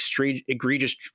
egregious